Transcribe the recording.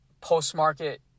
post-market